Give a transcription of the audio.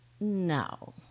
No